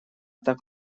так